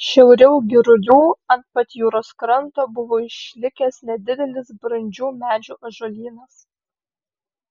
šiauriau girulių ant pat jūros kranto buvo išlikęs nedidelis brandžių medžių ąžuolynas